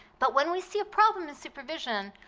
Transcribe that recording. but when we see a problem in supervision,